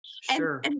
Sure